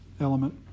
element